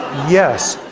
yes.